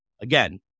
Again